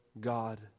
God